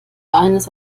eines